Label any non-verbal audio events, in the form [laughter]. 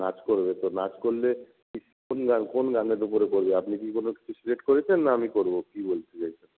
নাচ করবে তো নাচ করলে [unintelligible] কোন গান কোন গানের উপরে করবে আপনি কি কোনো কিছু সিলেক্ট করেছেন না আমি করব কী বলতে চাইছেন